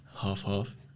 Half-half